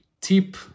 tip